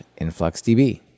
influxdb